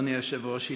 אדוני היושב-ראש,